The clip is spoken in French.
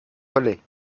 volait